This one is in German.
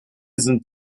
sind